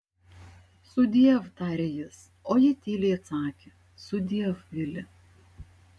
sudiev tarė jis o ji tyliai atsakė sudiev vili